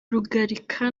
rugarika